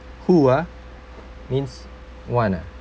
who ah means one uh